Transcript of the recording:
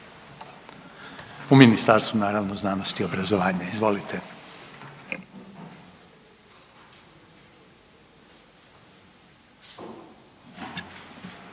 u Ministarstvu, naravno, znanosti i obrazovanja, izvolite.